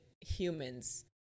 humans